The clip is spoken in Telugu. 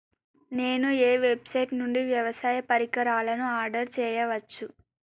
నేను ఏ వెబ్సైట్ నుండి వ్యవసాయ పరికరాలను ఆర్డర్ చేయవచ్చు?